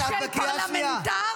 אלה אנשים מדברים.